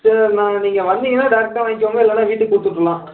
சரி நான் நீங்கள் வந்தீங்கனா டேரெக்ட்டாக வாங்கிக்கோங்க இல்லைனா வீட்டுக்கு கொடுத்துவுட்டுர்லாம்